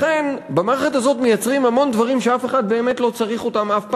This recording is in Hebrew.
לכן במערכת הזאת מייצרים המון דברים שאף אחד באמת לא צריך אותם אף פעם,